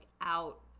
out